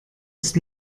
ist